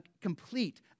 complete